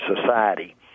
society